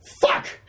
Fuck